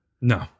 No